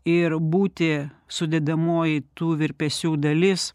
ir būti sudedamoji tų virpesių dalis